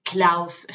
Klaus